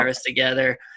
together